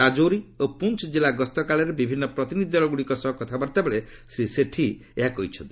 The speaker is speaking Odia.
ରାଜୌରୀ ଓ ପୁଞ୍ଚ କିଲ୍ଲା ଗସ୍ତ କାଳରେ ବିଭିନ୍ନ ପ୍ରତିନିଧି ଦଳଗୁଡ଼ିକ ସହ କଥାବାର୍ତ୍ତା ବେଳେ ଶ୍ରୀ ସେଠୀ ଏହା କହିଛନ୍ତି